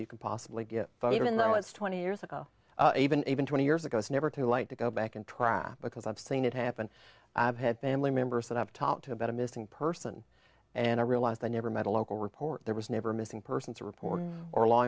you can possibly get but even though it's twenty years ago even even twenty years ago it's never too late to go back and trap because i've seen it happen i've had family members that i've talked to about a missing person and i realized i never met a local report there was never a missing person's report or law